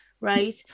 right